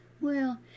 Well